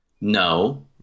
No